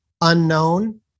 unknown